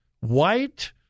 white